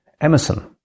Emerson